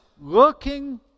looking